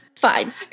fine